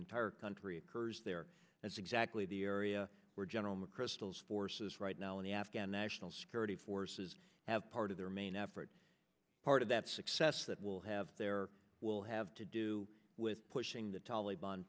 entire country occurs there that's exactly the area where general mcchrystal is forces right now in the afghan national security forces have part of their main effort part of that success that will have their will have to do with pushing the taliban